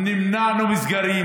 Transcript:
נמנענו מסגרים,